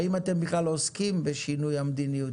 האם אתם בכלל עוסקים בשינוי המדיניות?